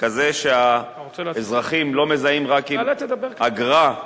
כזה שהאזרחים לא מזהים רק עם תשלום אגרה,